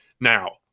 now